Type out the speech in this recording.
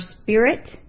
spirit